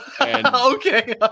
okay